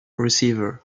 receiver